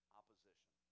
opposition